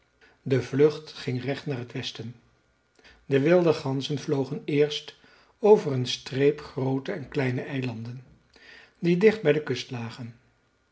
de vlucht ging recht naar het westen de wilde ganzen vlogen eerst over een streep groote en kleine eilanden die dicht bij de kust lagen